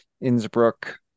Innsbruck